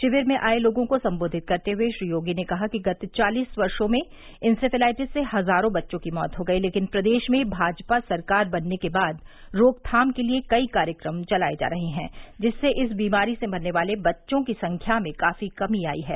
शिविर में आये लोगों को सम्बोधित करते हुए श्री योगी ने कहा कि गत चालीस वर्षो में इंसेफ्लाइटिस से हजारों बच्चों की मौत हो गयी लेकिन प्रदेश में भाजपा सरकार बनने के बाद रोकथाम के लिए कई कार्यक्रम चलाये जा रहे हैं जिससे इस बीमारी से मरने वाले बच्चों की संख्या में काफी कमी आयी है